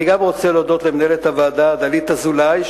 אני גם רוצה להודות למנהלת הוועדה דלית אזולאי,